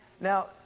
Now